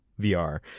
VR